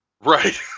Right